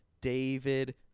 david